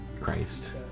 Christ